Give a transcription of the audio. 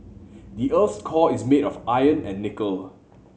the earth's core is made of iron and nickel